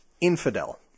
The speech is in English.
Infidel